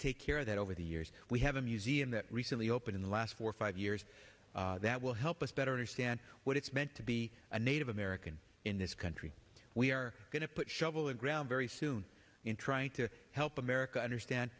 take care of that over the years we have a museum that recently opened in the last four five years that will help us better understand what it's meant to be a native american in this country we are going to put shovel in ground very soon in trying to help america understand